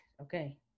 okay